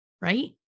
right